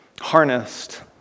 harnessed